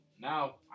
Now